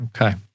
Okay